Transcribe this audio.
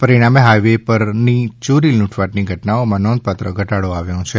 પરિણામે હાઇવે પરની ચોરી લૂટફાંટની ઘટનાઓમાં નોંધપાત્ર ઘટાડો આવ્યો છે